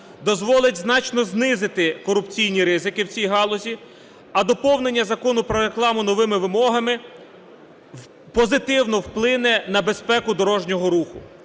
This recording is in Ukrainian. дозволить значно знизити корупційні ризики в цій галузі. А доповнення Закону "Про рекламу" новими вимогами позитивно вплине на безпеку дорожнього руху.